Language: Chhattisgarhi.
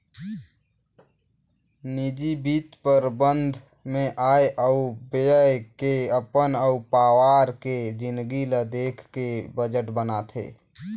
निजी बित्त परबंध मे आय अउ ब्यय के अपन अउ पावार के जिनगी ल देख के बजट बनाथे